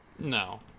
no